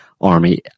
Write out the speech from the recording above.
army